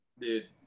dude